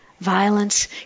violence